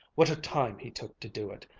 what a time he took to do it!